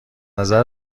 نظر